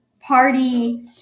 party